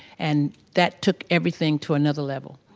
and that took everything to another level.